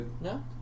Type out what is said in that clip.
No